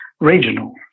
regional